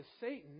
Satan